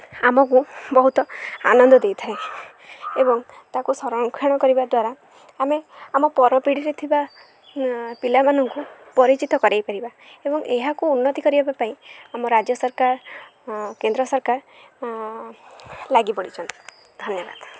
ଆମକୁ ବହୁତ ଆନନ୍ଦ ଦେଇଥାଏ ଏବଂ ତାକୁ ସଂରକ୍ଷଣ କରିବା ଦ୍ୱାରା ଆମେ ଆମ ପରପିଢ଼ିରେ ଥିବା ପିଲାମାନଙ୍କୁ ପରିଚିତ କରାଇପାରିବା ଏବଂ ଏହାକୁ ଉନ୍ନତି କରିବା ପାଇଁ ଆମ ରାଜ୍ୟ ସରକାର କେନ୍ଦ୍ର ସରକାର ଲାଗିପଡ଼ିଛନ୍ତି ଧନ୍ୟବାଦ